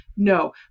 No